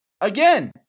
again